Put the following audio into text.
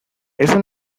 eso